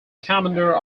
commander